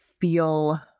feel